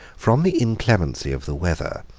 from the inclemency of the weather,